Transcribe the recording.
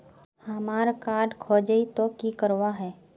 हमार कार्ड खोजेई तो की करवार है?